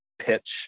pitch